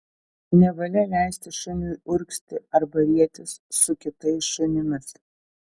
nevalia leisti šuniui urgzti arba rietis su kitais šunimis